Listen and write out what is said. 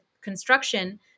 construction